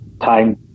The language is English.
time